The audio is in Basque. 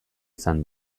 izan